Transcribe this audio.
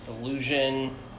illusion